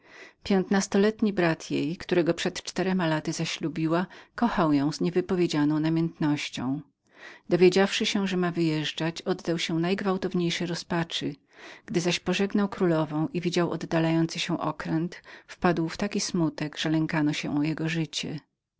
lat piętnastoletni brat jej którego była przed czterema laty zaślubiła kochał ją z niewypowiedzianą namiętnością dowiedziawszy się że miała wyjeżdżać oddał się najgwałtowniejszej rozpaczy gdy zaś pożegnał królowę i widział oddalający się okręt wpadł w taki smutek że lękano się o jego życie